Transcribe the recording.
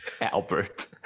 albert